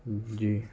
جی